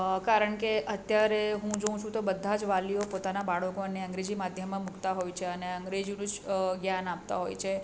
કારણ કે અત્યારે હું જોઉં છું તો બધા જ વાલીઓ પોતાના બાળકોને અંગ્રેજી માધ્યમમાં મૂકતાં હોય છે અને અંગ્રેજીનું જ જ્ઞાન આપતા હોય છે